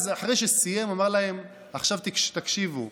אחרי שסיים אמר להם: עכשיו תקשיבו,